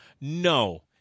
No